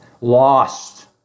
lost